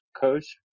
coach